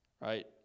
right